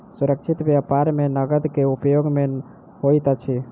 सुरक्षित व्यापार में नकद के उपयोग नै होइत अछि